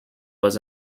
was